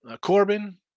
Corbin